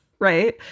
Right